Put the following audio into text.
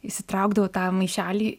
išsitraukdavau tą maišelį